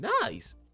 Nice